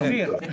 --- סביר.